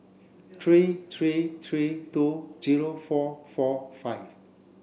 three three three two zero four four five